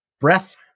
breath